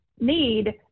need